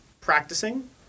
practicing